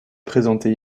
présenté